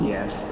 Yes